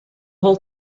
whole